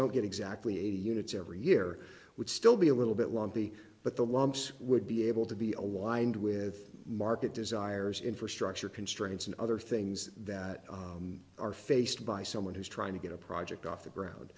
don't get exactly eight units every year would still be a little bit lumpy but the lumps would be able to be aligned with market desires infrastructure constraints and other things that are faced by someone who's trying to get a project off the ground